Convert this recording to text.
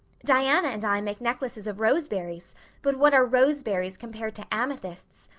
diana and i make necklaces of roseberries but what are roseberries compared to amethysts?